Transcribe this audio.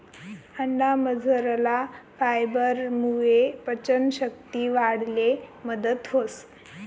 अंडामझरला फायबरमुये पचन शक्ती वाढाले मदत व्हस